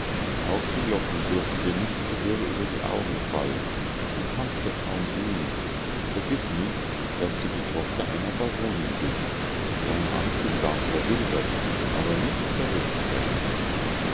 auch die locken dürfen dir nicht so wirr über die augen fallen du kannst ja kaum sehen vergiß nicht daß du die tochter einer baronin bist dein anzug darf verwildert aber nicht zerrissen sein